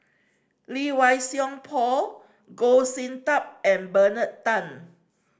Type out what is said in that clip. Lee Wei Song Paul Goh Sin Tub and Bernard Tan